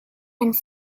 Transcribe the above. and